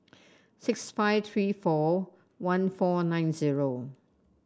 six five three four one four nine zero